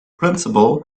principle